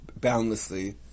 boundlessly